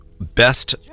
best